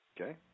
Okay